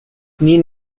need